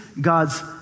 God's